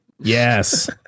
yes